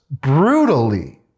brutally